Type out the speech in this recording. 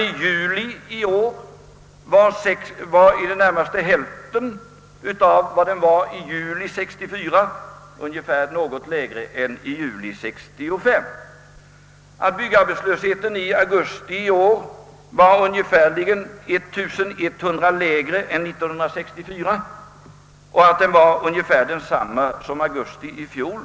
I juli i år var den i det närmaste hälften av arbetslösheten 1964 och något lägre än samma månad 1965. I augusti i år var byggarbetslösheten 1100 fall lägre än 1964 och ungefär densamma som i augusti i fjol.